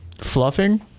Fluffing